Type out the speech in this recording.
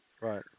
Right